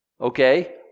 okay